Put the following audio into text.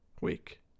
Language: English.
week